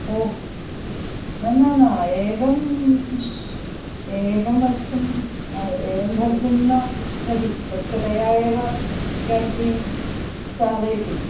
ओह् न न एवम् एवमर्थम् एवं भवितुं न कति स्वच्छतया एव केण्टीन् चालयति